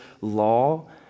law